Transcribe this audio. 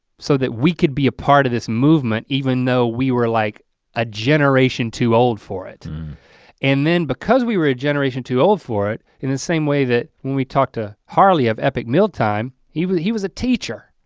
so that we could be a part of this movement, even though we were like a generation too old for it and then because we were a generation too old for it in the same way that when we talked to harley of epic meal time he was he was a teacher.